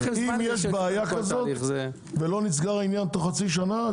אם יש בעיה כזו ולא נסגר העניין תוך חצי שנה,